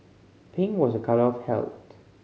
pink was a colour of health